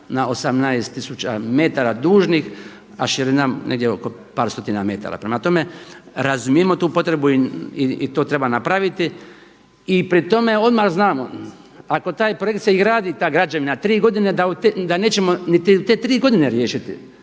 na 18 tisuća metara dužnih a širina negdje oko par stotina metara. Prema tome, razumijemo tu potrebu i to treba napraviti. I pri tome odmah znamo, ako taj projekt se i gradi i ta građevina 3 godine da nećemo niti u te 3 godine riješiti,